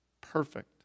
perfect